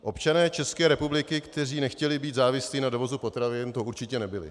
Občané České republiky, kteří nechtěli být závislí na dovozu potravin, to určitě nebyli.